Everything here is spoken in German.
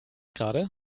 gerade